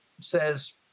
says